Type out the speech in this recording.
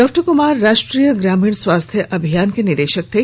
doctor Pradeep Kumar राष्ट्रीय ग्रामीण स्वास्थ्य अभियान के निदेशक थे